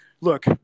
look